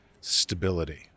stability